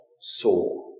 saw